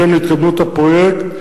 בהתאם להתקדמות הפרויקט.